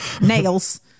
nails